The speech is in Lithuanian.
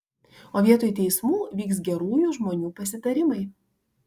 o vietoj teismų vyks gerųjų žmonių pasitarimai